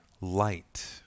light